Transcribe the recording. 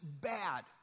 bad